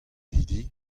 hiziv